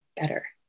better